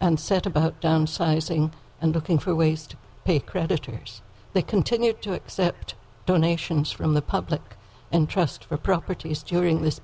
and set about downsizing and looking for ways to pay creditors they continue to accept donations from the public and trust for properties during this